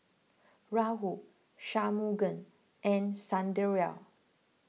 Rahul Shunmugam and Sunderlal